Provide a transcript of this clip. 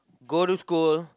go to school